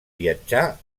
viatjar